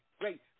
great